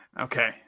Okay